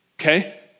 Okay